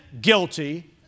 guilty